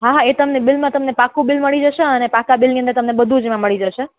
હા હા એ તમને બિલમાં તમને પાક્કું બિલ મળી જશે અને પાક્કા બિલની અંદર તમને બધું જોવા મળી જશે